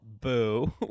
boo